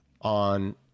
on